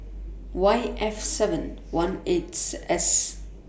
Y F seven one eights S